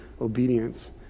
obedience